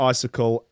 Icicle